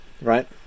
right